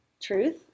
truth